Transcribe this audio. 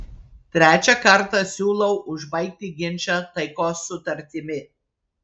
trečią kartą siūlau užbaigti ginčą taikos sutartimi